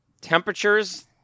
temperatures